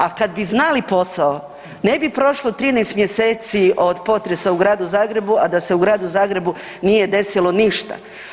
A kada bi znali posao ne bi prošlo 13 mjeseci od potresa u Gradu Zagrebu, a da se u Gradu Zagrebu nije desilo ništa.